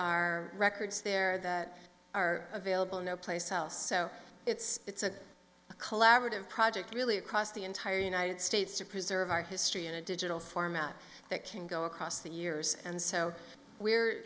are records there that are available in no place else so it's a collaborative project really across the entire united states to preserve our history in a digital format that can go across the years and so we're